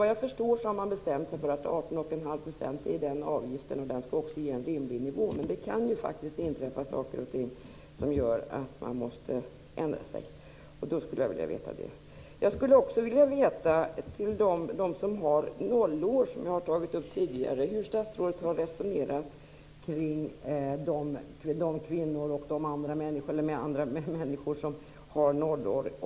Vad jag förstår har man bestämt sig för att avgiften skall vara 18 1⁄2 % och att den också skall ge en rimlig nivå. Men det kan ju inträffa saker och ting som gör att man måste ändra sig. Jag vill veta vad som händer då. Jag skulle också vilja veta hur statsrådet har resonerat kring de kvinnor och även män som har nollår.